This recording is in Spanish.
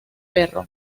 perro